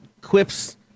quips